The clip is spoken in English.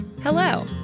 Hello